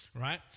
right